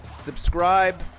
subscribe